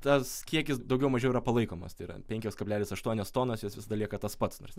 tas kiekis daugiau mažiau yra palaikomas tai yra penkios kablelis aštuonios tonos jos visada lieka tas pats nors